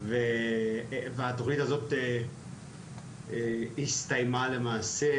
והתוכנית הזאת הסתיימה למעשה,